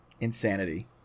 insanity